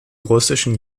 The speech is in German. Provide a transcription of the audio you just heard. russischen